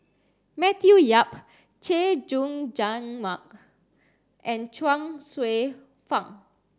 Matthew Yap Chay Jung Jun Mark and Chuang Hsueh Fang